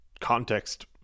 context